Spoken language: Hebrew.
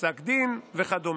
פסק דין וכדומה.